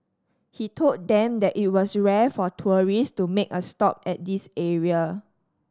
he told them that it was rare for tourist to make a stop at this area